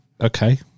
Okay